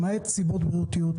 למעט סיבות בריאותיות,